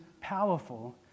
powerful